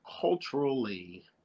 culturally